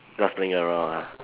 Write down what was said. just playing around lah